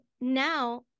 now